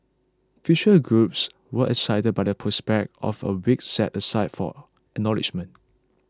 featured groups were excited by the prospect of a week set aside for acknowledgement